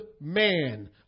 man